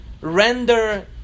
render